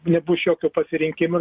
nebus jokio pasirinkimo